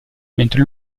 mentre